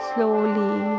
Slowly